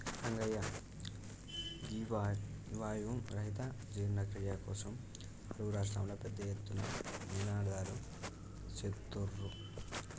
రంగయ్య గీ వాయు రహిత జీర్ణ క్రియ కోసం అరువు రాష్ట్రంలో పెద్ద ఎత్తున నినాదలు సేత్తుర్రు